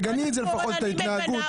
תגני לפחות את ההתנהגות,